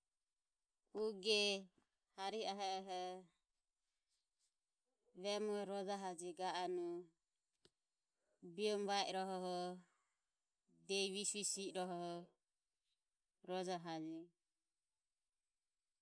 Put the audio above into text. Uge harihe ahe oho vemero rojahajeje. Diehi biromo vai i rohoho or dihie visuvisu i irohoho, rojahajeje.